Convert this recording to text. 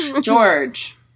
George